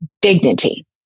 dignity